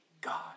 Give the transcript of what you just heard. God